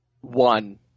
One